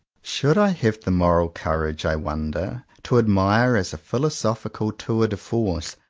should i have the moral courage, i wonder, to admire as a philosophical tour de-force,